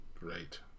Right